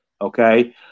Okay